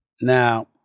Now